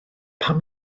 pam